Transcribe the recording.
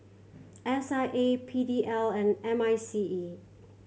S I A P D L and M I C E